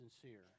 sincere